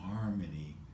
harmony